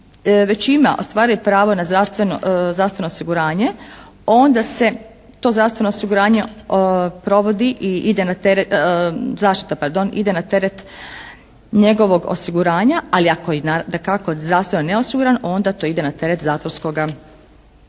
već ima, ostvaruje pravo na zdravstveno osiguranje, onda se to zdravstveno osiguranje provodi i ide na teret, zaštita pardon, ide na teret njegovo osiguranja. Ali ako i dakako je zdravstveno neosiguran onda to ide na teret zatvorskoga sustava.